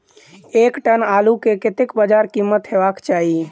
एक टन आलु केँ कतेक बजार कीमत हेबाक चाहि?